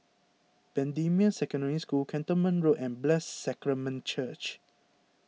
Bendemeer Secondary School Cantonment Road and Blessed Sacrament Church